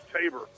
Tabor